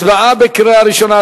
הצבעה בקריאה ראשונה,